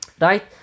right